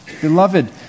Beloved